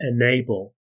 enable